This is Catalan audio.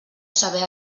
saber